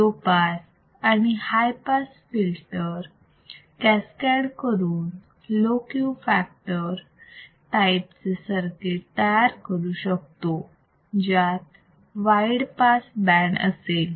low pass आणि high pass filter cascade करून low Q factor type चे circuit तयार करू शकतो ज्यात वाईड पास बँड असेल